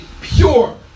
pure